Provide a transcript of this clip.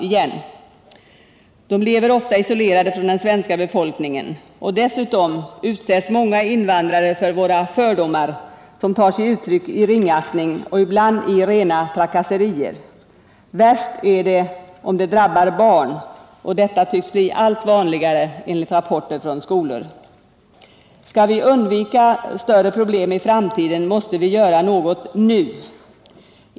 Invandrarna lever ofta isolerade från den svenska befolkningen. Dessutom utsätts många invandrare för våra fördomar, som tar sig uttryck i ringaktning och ibland i rena trakasserier. Värst är det om detta drabbar barn, och detta tycks bli allt vanligare enligt rapporter från skolor. Skall vi undvika större problem i framtiden, måste vi göra något nu.